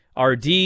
RD